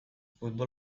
futbol